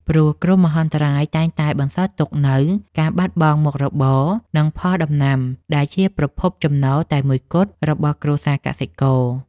ព្រោះគ្រោះមហន្តរាយតែងតែបន្សល់ទុកនូវការបាត់បង់មុខរបរ និងផលដំណាំដែលជាប្រភពចំណូលតែមួយគត់របស់គ្រួសារកសិករ។